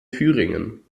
thüringen